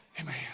Amen